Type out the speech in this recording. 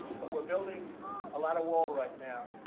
but we're building a lot of wall right now.